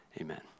Amen